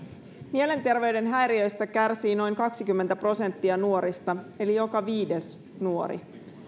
mielenterveyden häiriöistä kärsii noin kaksikymmentä prosenttia nuorista eli joka viides nuori